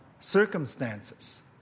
circumstances